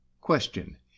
question